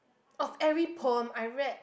of every poem I read